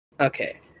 Okay